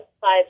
five